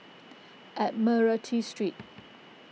Admiralty Street